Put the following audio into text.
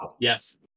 yes